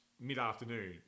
mid-afternoon